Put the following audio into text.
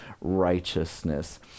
righteousness